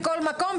בכל מקום,